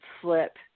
flip